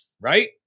right